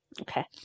Okay